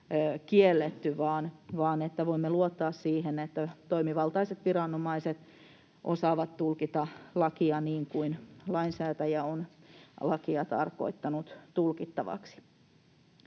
haluamme, että voimme luottaa siihen, että toimivaltaiset viranomaiset osaavat tulkita lakia niin kuin lainsäätäjä on lakia tarkoittanut tulkittavaksi.